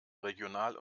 regional